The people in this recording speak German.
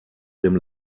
dem